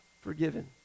forgiven